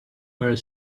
were